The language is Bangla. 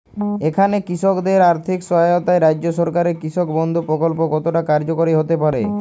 এখানে কৃষকদের আর্থিক সহায়তায় রাজ্য সরকারের কৃষক বন্ধু প্রক্ল্প কতটা কার্যকরী হতে পারে?